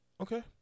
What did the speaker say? okay